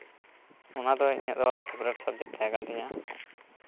ᱚᱱᱟ ᱫᱚ ᱤᱧᱟᱹᱜ ᱫᱚ ᱯᱷᱮᱵᱟᱨᱤᱴ ᱥᱟᱵᱽᱡᱮᱠᱴ ᱛᱟᱦᱮᱸ ᱠᱟᱱ ᱛᱤᱧᱟ